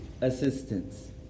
assistance